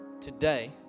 today